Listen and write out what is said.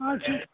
हजुर